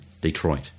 Detroit